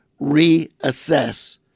reassess